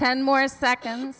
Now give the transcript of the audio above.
ten more second